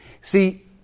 See